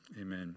Amen